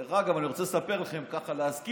דרך אגב, אני רוצה לספר לכם, להזכיר: